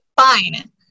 fine